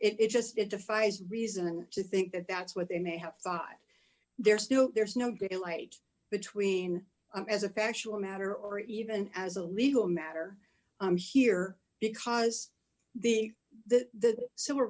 t it just it defies reason to think that that's what they may have thought they're still there's no good light between as a factual matter or even as a legal matter here because they the civil